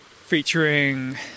featuring